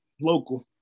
local